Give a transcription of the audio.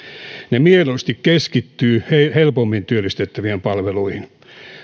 ne mieluusti keskittyvät helpommin työllistettävien palveluihin